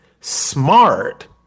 smart